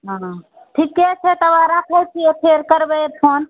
हँ ठीके छै तऽ राखैत छी फेर करबै फोन